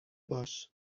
باش